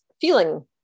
feeling